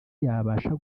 yabasha